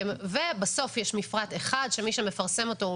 בסוף יש מפרט אחד שמי שמפרסם אותו הוא